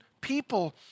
people